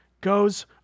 goes